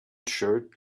shirt